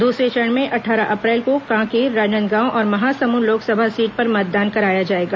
दूसरे चरण में अट्ठारह अप्रैल को कांकेर राजनांदगांव और महासमुद लोकसभा सीट पर मतदान कराया जाएगा